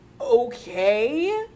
okay